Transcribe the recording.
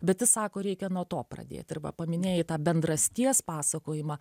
bet jis sako reikia nuo to pradėti ir va paminėjai tą bendrasties pasakojimą